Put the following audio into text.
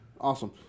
awesome